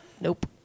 nope